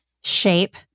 shape